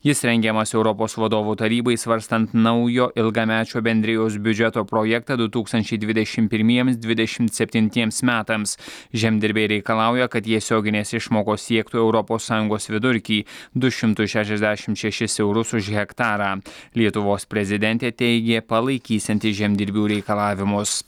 jis rengiamas europos vadovų tarybai svarstant naujo ilgamečio bendrijos biudžeto projektą du tūkstančiai dvidešim pirmiems dvidešimt septintiems metams žemdirbiai reikalauja kad tiesioginės išmokos siektų europos sąjungos vidurkį du šimtus šešiasdešim šešis eurus už hektarą lietuvos prezidentė teigė palaikysianti žemdirbių reikalavimus